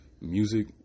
music